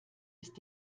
ist